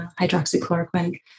hydroxychloroquine